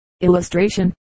Illustration